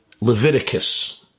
Leviticus